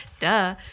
Duh